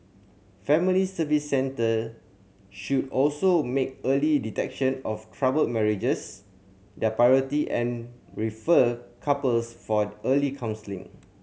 Family Service Centre should also make early detection of troubled marriages their priority and refer couples for early counselling